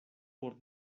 por